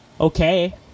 okay